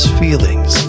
feelings